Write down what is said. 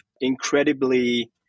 incredibly